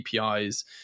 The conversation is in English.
APIs